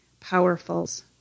Powerfuls